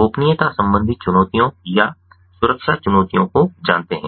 गोपनीयता संबंधी चुनौतियों या सुरक्षा चुनौतियों को जानते हैं